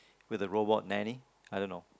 with a robot nanny I don't know